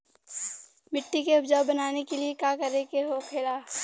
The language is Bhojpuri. मिट्टी के उपजाऊ बनाने के लिए का करके होखेला?